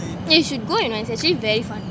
you should go you know it's actually very fun